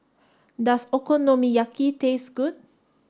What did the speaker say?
does Okonomiyaki taste good